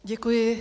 Děkuji.